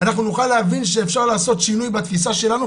אנחנו נוכל להבין שאפשר לעשות שינוי בתפיסה שלנו,